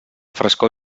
frescor